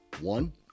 one